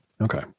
Okay